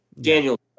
Daniel